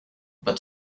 but